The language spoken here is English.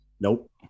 Nope